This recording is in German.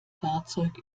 fahrzeug